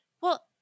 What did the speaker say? well-